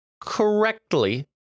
correctly